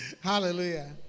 Hallelujah